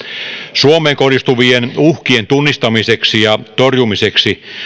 suomeen kohdistuvien uhkien tunnistamiseksi ja torjumiseksi